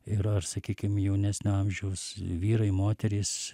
ir ar sakykim jaunesnio amžiaus vyrai moterys